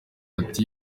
iti